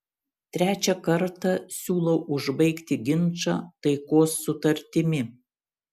trečią kartą siūlau užbaigti ginčą taikos sutartimi